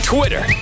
Twitter